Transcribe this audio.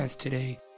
today